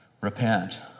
repent